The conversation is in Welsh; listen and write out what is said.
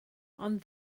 ond